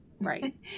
Right